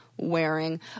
wearing